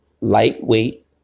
lightweight